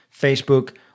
Facebook